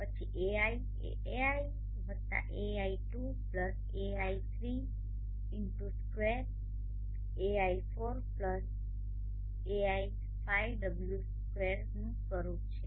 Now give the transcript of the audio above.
પછી Ai એ ai1ai2ai3x2ai4wai5w2 સ્વરૂપનુ છે